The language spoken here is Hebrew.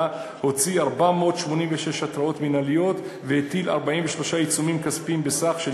הוציא 486 התראות מינהליות והטיל 43 עיצומים כספיים בסך של